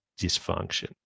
dysfunction